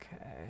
Okay